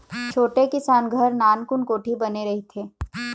छोटे किसान घर नानकुन कोठी बने रहिथे